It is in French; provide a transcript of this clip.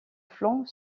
flanc